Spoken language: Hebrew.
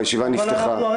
הישיבה נפתחה.